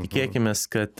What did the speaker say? tikėkimės kad